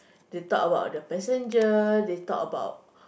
they talk about the passenger they talk about